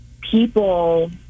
people